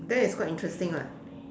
that is quite interesting what